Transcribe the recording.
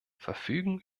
verfügen